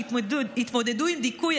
שהתמודדו עם דיכוי,